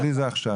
בשבילי זה הכשרה.